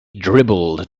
dribbled